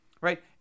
right